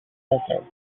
desert